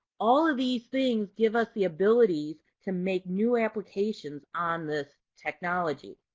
all of these things give us the abilities to make new applications on this technology.